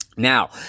Now